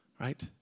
Right